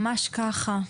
ממש כך.